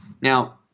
Now